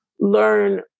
learn